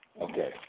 Okay